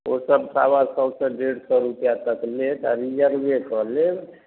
ओ सबटा सबसँ डेढ़ सओ रुपया तक लेत आओर रिजर्बे कऽ लेब